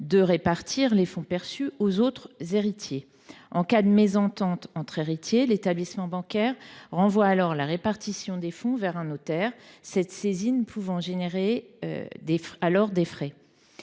les répartir auprès des autres héritiers. En cas de mésentente entre héritiers, l’établissement bancaire renvoie alors la répartition des fonds vers un notaire, cette saisine pouvant générer des frais.